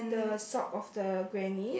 the sock of the granny